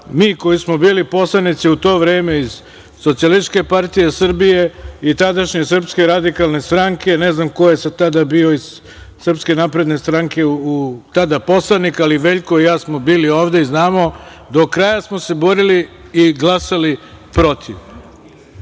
mi koji smo bili poslanici u to vreme iz Socijalističke partije Srbije i tadašnje Srpske radikalne stranke, ne znam ko je sve tada bio iz Srpske napredne stranke poslanik, ali Veljko i ja smo bili ovde i znamo, do kraja smo se borili i glasali protiv.